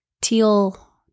teal